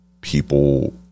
people